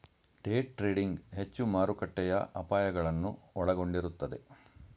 day trading ಹೆಚ್ಚು ಮಾರುಕಟ್ಟೆಯ ಅಪಾಯಗಳನ್ನು ಒಳಗೊಂಡಿರುತ್ತದೆ